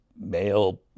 male